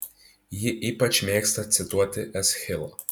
ji ypač mėgsta cituoti eschilą